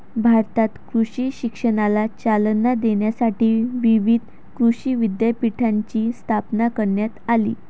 भारतात कृषी शिक्षणाला चालना देण्यासाठी विविध कृषी विद्यापीठांची स्थापना करण्यात आली